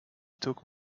took